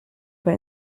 but